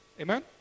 Amen